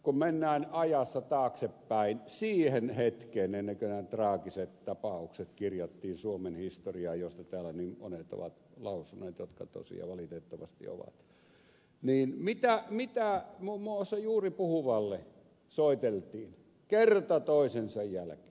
kun mennään ajassa taaksepäin siihen hetkeen ennen kuin nämä traagiset tapaukset kirjattiin suomen historiaan joista täällä niin monet ovat lausuneet ja jotka tosiaan valitettavasti tapahtuivat niin mitä muun muassa juuri puhuvalle soiteltiin kerta toisensa jälkeen